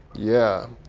yeah.